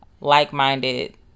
like-minded